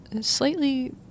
slightly